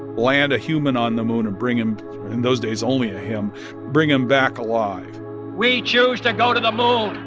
land a human on the moon and bring him in those days, only a him bring him back alive we choose to go to the moon.